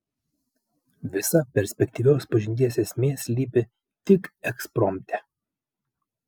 visa perspektyvios pažinties esmė slypi tik ekspromte